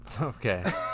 Okay